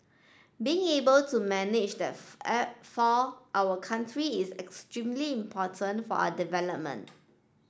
being able to manage that for our country is extremely important for our development